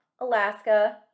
Alaska